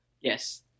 Yes